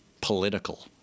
political